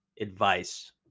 advice